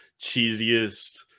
cheesiest